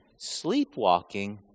sleepwalking